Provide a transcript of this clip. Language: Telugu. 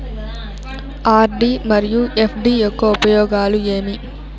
ఆర్.డి మరియు ఎఫ్.డి యొక్క ఉపయోగాలు ఏమి?